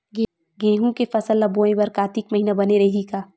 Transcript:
गेहूं के फसल ल बोय बर कातिक महिना बने रहि का?